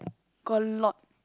got a lot